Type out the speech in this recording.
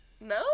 no